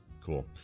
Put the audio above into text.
cool